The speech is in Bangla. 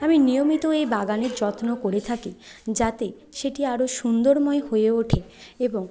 আমি নিয়মিত এই বাগানের যত্ন করে থাকি যাতে সেটি আরও সুন্দরময় হয়ে ওঠে এবং